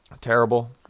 terrible